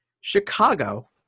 Chicago